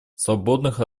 свободных